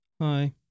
hi